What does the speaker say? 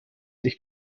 sich